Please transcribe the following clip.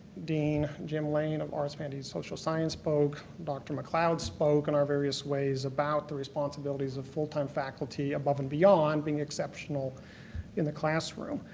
dean jim lane of arts, humanity and social science spoke, dr. mccloud spoke, on our various ways about the responsibilities of full-time faculty above and beyond being exceptional in the classroom.